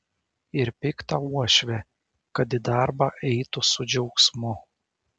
ir piktą uošvę kad į darbą eitų su džiaugsmu